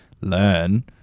learn